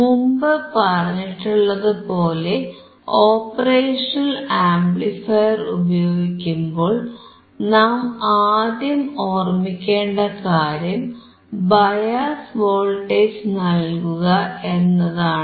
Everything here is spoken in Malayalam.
മുമ്പു പറഞ്ഞിട്ടുള്ളതുപോലെ ഓപ്പറേഷണൽ ആംപ്ലിഫയർ ഉപയോഗിക്കുമ്പോൾ നാം ആദ്യം ഓർമിക്കേണ്ട കാര്യം ബയാസ് വോൾട്ടേജ് നൽകുക എന്നതാണ്